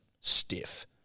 stiff